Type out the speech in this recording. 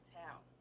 town